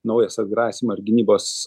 naujas atgrasymo ir gynybos